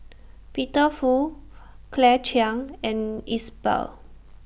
Peter Fu Claire Chiang and Iqbal